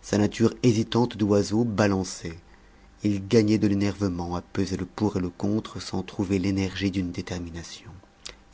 sa nature hésitante d'oiseau balançait il gagnait de l'énervement à peser le pour et le contre sans trouver l'énergie d'une détermination